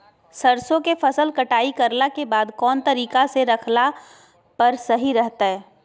सरसों के फसल कटाई करला के बाद कौन तरीका से रखला पर सही रहतय?